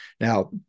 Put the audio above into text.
Now